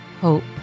Hope